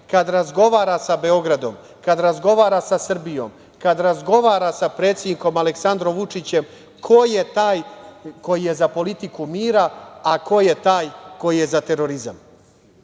kada razgovara sa Beogradom, kada razgovara sa Srbijom, kada razgovara sa predsednikom Aleksandrom Vučićem ko je taj koji je za politiku mira, a ko je taj koji je za terorizam. Mi